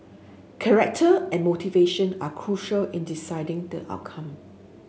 character and motivation are crucial in deciding the outcome